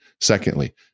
Secondly